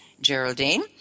Geraldine